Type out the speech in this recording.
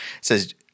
Says